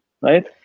right